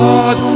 God